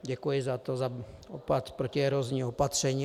Děkuji za to, za protierozní opatření.